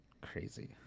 crazy